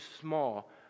small